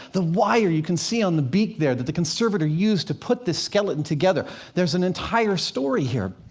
the wire you can see on the beak there that the conservator used to put this skeleton together there's an entire story here.